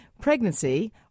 pregnancy